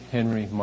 Henry